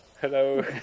hello